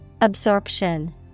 Absorption